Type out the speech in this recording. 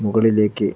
മുകളിലേക്ക്